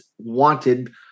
wanted